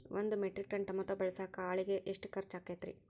ಒಂದು metric ton tomato ಬೆಳಸಾಕ್ ಆಳಿಗೆ ಎಷ್ಟು ಖರ್ಚ್ ಆಕ್ಕೇತ್ರಿ?